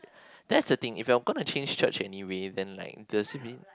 that's a thing if your gonna change church anyway then like does it mean